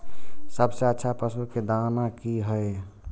सबसे अच्छा पशु के दाना की हय?